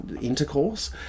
Intercourse